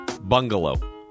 bungalow